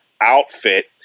outfit